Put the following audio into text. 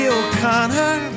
O'Connor